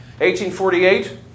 1848